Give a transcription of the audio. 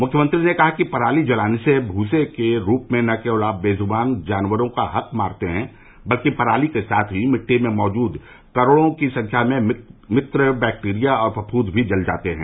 मुख्यमंत्री ने कहा कि पराली जलाने से भूसे के रूप में न केवल आप बेजुबान जानवरों का हक माारते हैं बल्कि पराली के साथ ही मिट्टी में मौजूद करोलों की संख्या में मित्र बैक्टीरिया और फफूद भी जल जाते हैं